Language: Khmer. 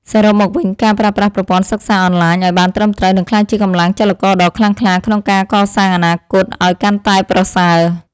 សរុបមកវិញការប្រើប្រាស់ប្រព័ន្ធសិក្សាអនឡាញឱ្យបានត្រឹមត្រូវនឹងក្លាយជាកម្លាំងចលករដ៏ខ្លាំងក្លាក្នុងការកសាងអនាគតឱ្យ កាន់តែប្រសើរ។